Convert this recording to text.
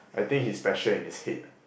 I think he's special in his head ah